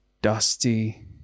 dusty